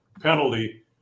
penalty